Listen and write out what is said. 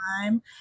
time